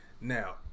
Now